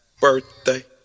Birthday